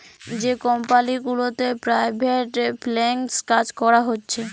যে কমপালি গুলাতে private freelance কাজ ক্যরা হছে